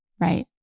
Right